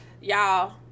Y'all